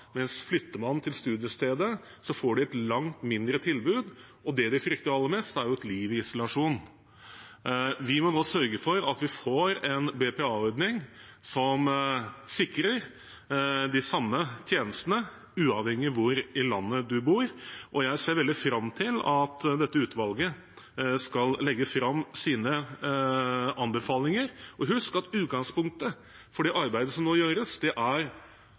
mens flytter man til studiestedet, får man et langt dårligere tilbud. Det de frykter aller mest, er et liv i isolasjon. Vi må nå sørge for at vi får en BPA-ordning som sikrer de samme tjenestene, uavhengig av hvor i landet man bor. Jeg ser veldig fram til at dette utvalget skal legge fram sine anbefalinger. Husk at utgangspunktet for det arbeidet som nå gjøres, er